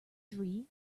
three